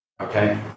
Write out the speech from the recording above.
Okay